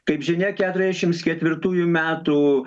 kaip žinia keturiasdešims ketvirtųjų metų